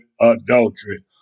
adultery